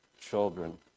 children